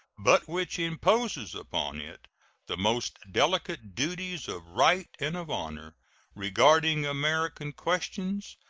but which imposes upon it the most delicate duties of right and of honor regarding american questions,